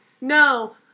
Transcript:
No